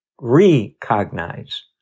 recognize